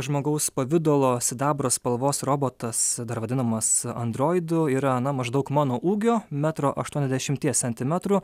žmogaus pavidalo sidabro spalvos robotas dar vadinamas androidu yra na maždaug mano ūgio metro aštuoniasdešimties centimetrų